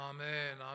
Amen